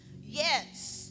Yes